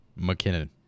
McKinnon